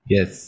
Yes